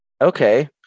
okay